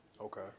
Okay